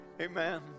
Amen